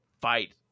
fight